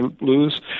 lose